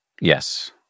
Yes